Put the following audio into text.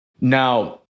now